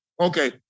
Okay